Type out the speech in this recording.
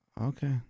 Okay